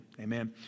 Amen